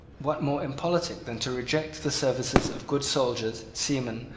what more impolitic than to reject the services of good soldiers, seamen,